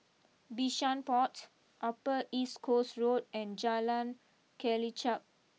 Bishan Point Upper East Coast Road and Jalan Kelichap